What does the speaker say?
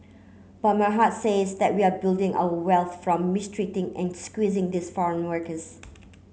but my heart says that we're building our wealth from mistreating and squeezing these foreign workers